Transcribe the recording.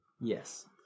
Yes